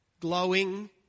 glowing